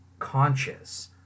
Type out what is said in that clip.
conscious